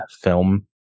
film